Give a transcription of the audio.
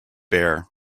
bare